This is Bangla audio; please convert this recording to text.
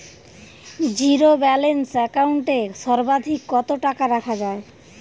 জীরো ব্যালেন্স একাউন্ট এ সর্বাধিক কত টাকা রাখা য়ায়?